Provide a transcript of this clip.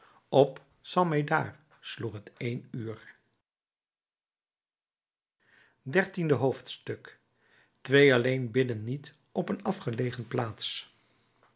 op st medard sloeg het één uur dertiende hoofdstuk twee alleen bidden niet op een afgelegen plaats